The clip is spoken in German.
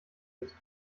ist